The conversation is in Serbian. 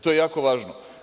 To je jako važno.